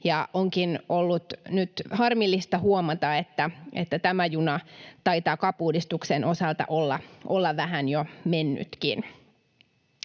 Onkin ollut nyt harmillista huomata, että tämä juna taitaa CAP-uudistuksen osalta olla vähän jo mennytkin.